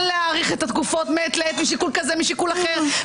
להאריך את התקופות מעת לעת משיקול כזה משיקול אחר,